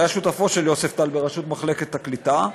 שהיה שותפו של יוספטל בראשות מחלקת הקליטה: